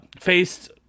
faced